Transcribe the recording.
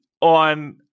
on